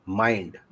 mind